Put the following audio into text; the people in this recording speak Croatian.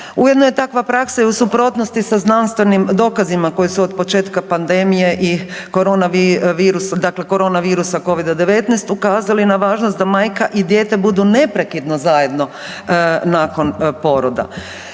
Ujedno je takva praksa i u suprotnosti sa znanstvenim dokazima koji su od početka pandemije i korona virusa dakle korona virusa, Covida-19 ukazali na važnost da majka i dijete budu neprekidno zajedno nakon poroda.